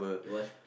it was